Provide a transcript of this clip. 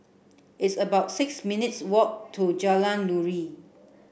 it's about six minutes' walk to Jalan Nuri